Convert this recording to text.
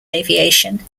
aviation